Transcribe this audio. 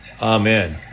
Amen